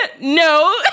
No